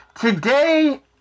today